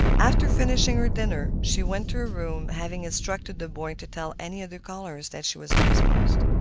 after finishing her dinner she went to her room, having instructed the boy to tell any other callers that she was indisposed.